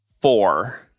four